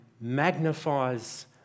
magnifies